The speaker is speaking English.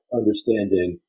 understanding